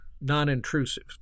non-intrusive